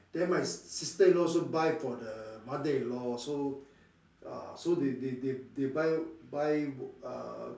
then my sister-in-law also buy for the mother-in-law so uh so they they they they buy buy uh